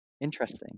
interesting